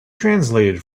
translated